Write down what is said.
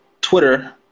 Twitter